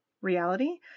reality